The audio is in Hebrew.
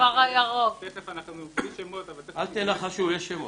אל תנחשו, יש שמות.